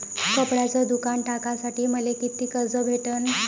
कपड्याचं दुकान टाकासाठी मले कितीक कर्ज भेटन?